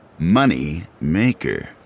Moneymaker